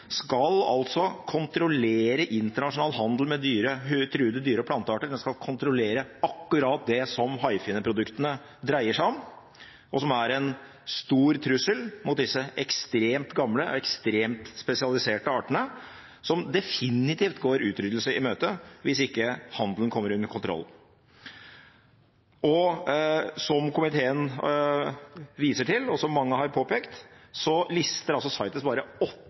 skal kontrollere internasjonal handel med truede dyre- og plantearter. Den skal kontrollere akkurat det som haifinneproduktene dreier seg om, som er en stor trussel mot disse ekstremt gamle og ekstremt spesialiserte artene, som definitivt går utryddelse i møte hvis ikke handelen kommer under kontroll. Som komiteen viser til, og som mange har påpekt, har altså CITES bare åtte